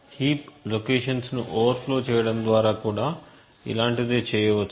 heap locations ను overflow చేయడం ద్వారా కూడా ఇలాంటిదే చేయవచ్చు